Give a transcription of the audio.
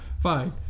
Fine